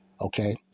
Okay